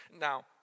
Now